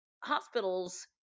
hospitals